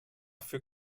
für